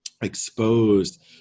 exposed